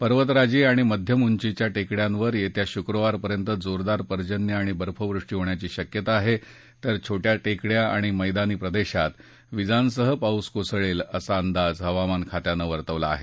पर्वतराजी आणि मध्यम उंचीच्या टेकड्यांवर येत्या शुक्रवारपर्यंत जोरदार पर्जन्य आणि बर्फवृष्टी होण्याची शक्यता आहे तर छोट्या टेकड्या आणि मैदानी प्रदेशात विजांसह पाऊस कोसळेल असा अंदाज हवामान खात्यानं वर्तवला आहे